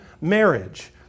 marriage